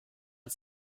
hat